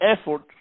effort